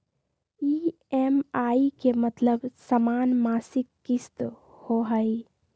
EMI के मतलब समान मासिक किस्त होहई?